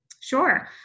Sure